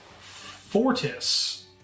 Fortis